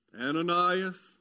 Ananias